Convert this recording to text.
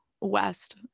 West